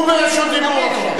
הוא ברשות דיבור אחריו.